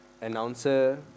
announcer